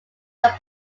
are